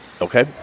Okay